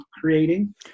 creating